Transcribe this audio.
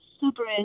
super